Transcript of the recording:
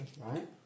Right